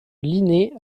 linné